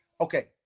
Okay